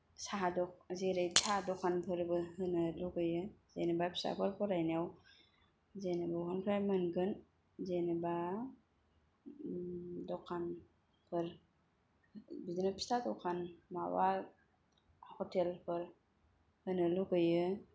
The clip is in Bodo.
साहा दखान जेरै साहा दखानफोरबो होनो लुगैयो जेनेबा फिसाफोर फरायनायाव जोङो बहानिफ्राय मोनगोन जेनेबा दखानफोर बिदिनो फिसा दखान माबा हटेलफोर होनो लुगैयो